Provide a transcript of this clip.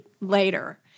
later